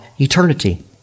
eternity